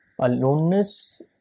aloneness